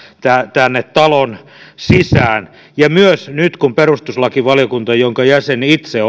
tänne talon sisään ja myös nyt kun perustuslakivaliokunta jonka jäsen itse